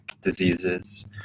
diseases